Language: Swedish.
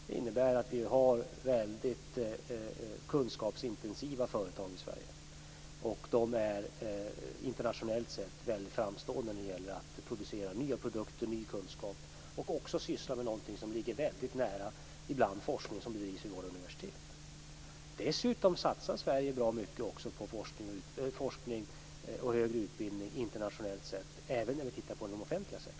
Det innebär att vi har väldigt kunskapsintensiva företag i Sverige. De är internationellt sett väldigt framstående när det gäller att producera nya produkter och ny kunskap och också när det gäller att syssla med någonting som ibland ligger väldigt nära den forskning som bedrivs vid våra universitet. Dessutom satsar Sverige bra mycket på forskning och högre utbildning internationellt sett även när vi tittar på den offentliga sektorn.